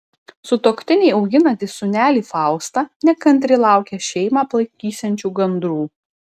sutuoktiniai auginantys sūnelį faustą nekantriai laukia šeimą aplankysiančių gandrų